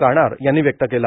गाणार यांनी व्यक्त केलं